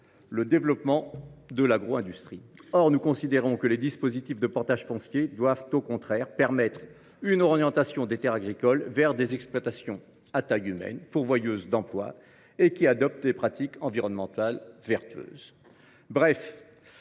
le développement de l’agro industrie. Or nous considérons que les dispositifs de portage foncier doivent, au contraire, permettre une orientation des terres agricoles vers des exploitations à taille humaine, pourvoyeuses d’emploi, et qui adoptent des pratiques environnementales vertueuses.